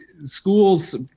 schools